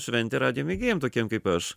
šventę radijo mėgėjam tokiem kaip aš